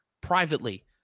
privately